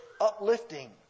uplifting